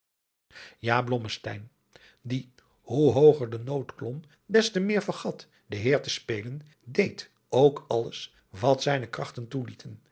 blommesteyn die hoe hooger de nood klom des te meer vergat den heer te spelen deéd ook alles wat zijne krachten